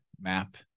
map